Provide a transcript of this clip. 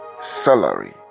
salary